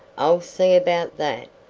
i'll see about that.